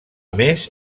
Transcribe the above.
més